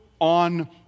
on